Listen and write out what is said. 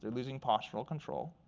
losing postural control.